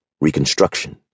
Reconstruction